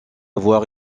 avoir